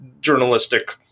journalistic